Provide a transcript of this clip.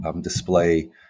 display